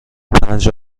پنج